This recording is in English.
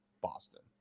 Boston